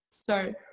Sorry